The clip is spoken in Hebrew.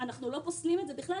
אנחנו לא פוסלים את זה בכלל.